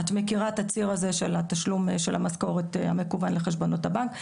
את מכירה את הציר הזה של התשלום של המשכורת המקוון לחשבונות הבנק,